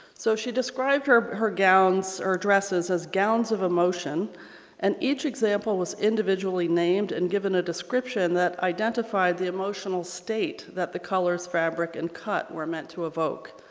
so she described her her gowns or dresses as gowns of emotion and each example was individually named and given a description that identified the emotional state that the colors fabric and cut were meant to evoke.